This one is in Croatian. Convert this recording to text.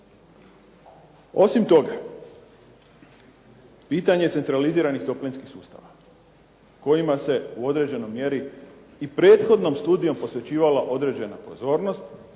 Osim toga, pitanje centraliziranih toplinskih sustava kojima se u određenoj mjeri i prethodnom studijom posvećivala određena pozornost,